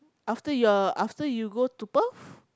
after your after you go to Perth